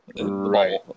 Right